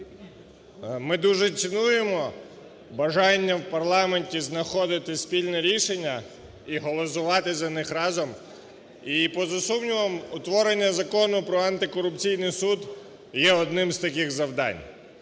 Ми дуже цінуємо бажання в парламенті знаходити спільне рішення і голосувати за них разом. І поза сумнівом утворення Закону про антикорупційний суд є одним із таких завдань.